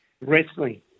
wrestling